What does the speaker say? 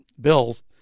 bills